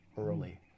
early